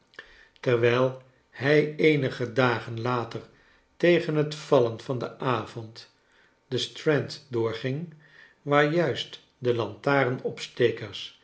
terwijl hij eenige dagen later tegen het vallen van den avond the strand doorging waar juist de